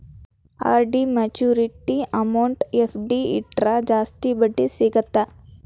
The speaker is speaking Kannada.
ಆರ್.ಡಿ ಮ್ಯಾಚುರಿಟಿ ಅಮೌಂಟ್ ಎಫ್.ಡಿ ಇಟ್ರ ಜಾಸ್ತಿ ಬಡ್ಡಿ ಸಿಗತ್ತಾ